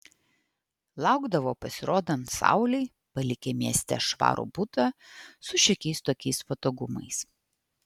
laukdavo pasirodant saulei palikę mieste švarų butą su šiokiais tokiais patogumais